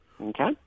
Okay